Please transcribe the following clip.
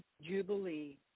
jubilee